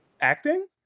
acting